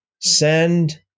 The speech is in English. send